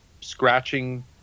scratching